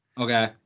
Okay